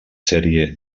sèrie